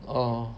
orh